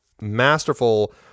masterful